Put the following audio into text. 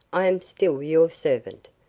i am still your servant.